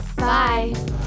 Bye